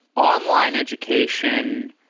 online education,